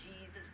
Jesus